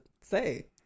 say